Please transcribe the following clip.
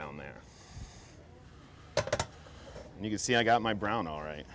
down there and you can see i got my brown all right